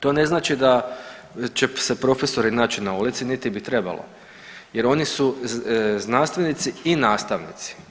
To ne znači da će se profesori naći na ulici niti bi trebalo jer oni su znanstvenici i nastavnici.